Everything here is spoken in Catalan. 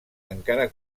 encara